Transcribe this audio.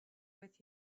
with